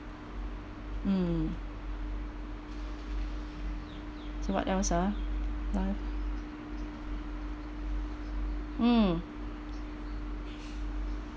mm so what else ah life mm